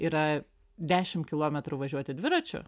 yra dešimt kilometrų važiuoti dviračiu